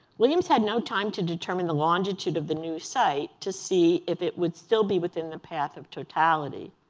williams had no time to determine the longitude of the new site to see if it would still be within the path of totality.